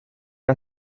que